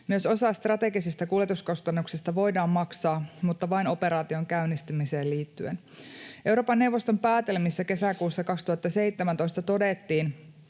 Myös osa strategisista kuljetuskustannuksista voidaan maksaa, mutta vain operaation käynnistämiseen liittyen. Eurooppa-neuvoston päätelmissä kesäkuussa 2017 todettiin,